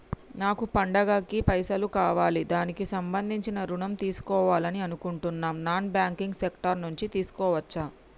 నాకు పండగ కి పైసలు కావాలి దానికి సంబంధించి ఋణం తీసుకోవాలని అనుకుంటున్నం నాన్ బ్యాంకింగ్ సెక్టార్ నుంచి తీసుకోవచ్చా?